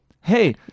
Hey